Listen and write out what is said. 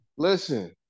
Listen